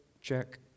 check